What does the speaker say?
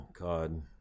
God